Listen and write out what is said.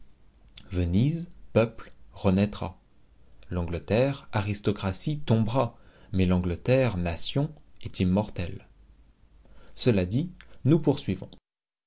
venise peuple renaîtra l'angleterre aristocratie tombera mais l'angleterre nation est immortelle cela dit nous poursuivons